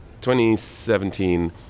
2017